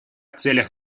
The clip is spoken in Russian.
целях